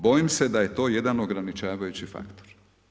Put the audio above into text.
Bojim se da je to jedan ograničavajući faktor.